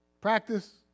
Practice